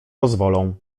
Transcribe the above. pozwolą